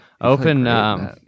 Open